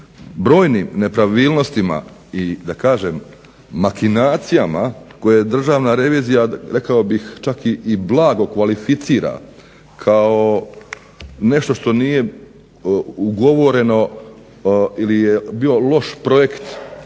brojnim nepravilnostima i da kažem makinacijama koje Državna revizija rekao bih čak i blago kvalificira kao nešto što nije ugovoreno ili je bio loš projekt